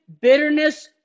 bitterness